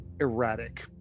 erratic